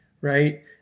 right